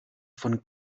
von